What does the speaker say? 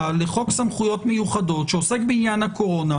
לחוק סמכויות מיוחדות שעוסק בעניין הקורונה.